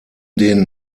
den